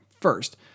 First